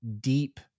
deep